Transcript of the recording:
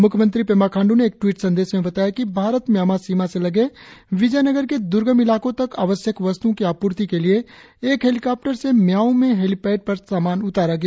म्ख्यमंत्री पेमा खाण्ड् ने एक ट्वीट संदेश में बताया कि भारत म्यांमा सीमा से लगे विजय नगर के द्र्गम इलाकों तक आवश्यक वस्त्ओं की आपूर्ति के लिए एक हेलिकॉप्टर से मियाओ में हेलिपेड पर सामान उतारा गया